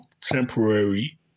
temporary